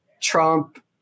Trump